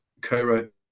co-wrote